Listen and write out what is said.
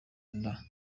nda